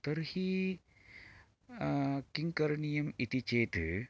तर्हि किं करणीयमिति चेत्